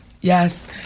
yes